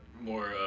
more